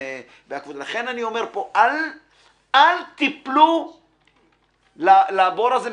לכן אני אומר: אל תיפלו לבור הזה.